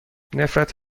نفرت